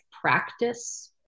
practice